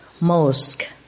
mosque